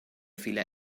viele